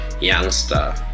Youngster